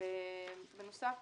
בנוסף,